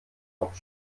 auf